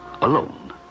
alone